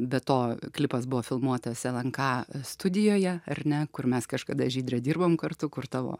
be to klipas buvo filmuotas lnk studijoje ar ne kur mes kažkada žydre dirbom kartu kur tavo